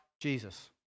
Jesus